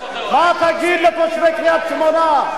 מה תגיד לתושבי קריית-שמונה?